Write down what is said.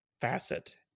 facet